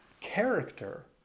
Character